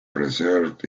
preserved